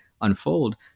unfold